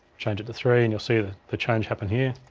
change it to three and you'll see the the change happen here,